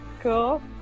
cool